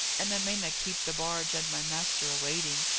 and i mayna keep the barge and my master a-waiting.